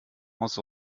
aus